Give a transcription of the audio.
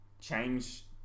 change